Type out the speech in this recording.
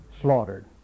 slaughtered